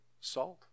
salt